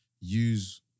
use